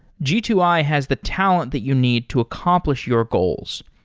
g two i has the talent that you need to accomplish your goals.